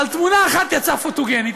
אבל תמונה אחת יצאה פוטוגנית,